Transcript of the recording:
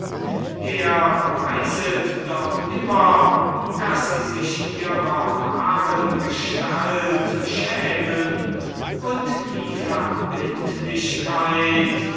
es beweiset doch immer daß sie sich ihrer wahren gestalt schämen und die verbindlichkeit